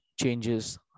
changes